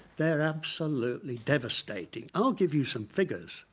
they are absolutely devastating. i'll give you some figures!